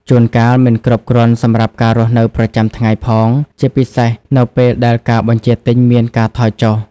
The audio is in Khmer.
ជួនកាលមិនគ្រប់គ្រាន់សម្រាប់ការរស់នៅប្រចាំថ្ងៃផង ជាពិសេសនៅពេលដែលការបញ្ជាទិញមានការថយចុះ។